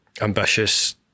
ambitious